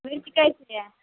मिर्च कैसे दिया